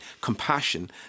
compassion